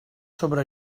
sobre